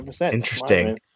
Interesting